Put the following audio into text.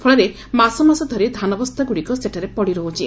ଫଳରେ ମାସ ମାସ ଧରି ଧାନବସ୍ତାଗୁଡ଼ିକ ସେଠାରେ ପଡ଼ିରହ୍ରଛି